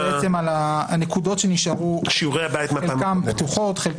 שיעורי הבית מהפעם הקודמת.